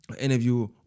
Interview